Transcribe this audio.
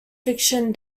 fiction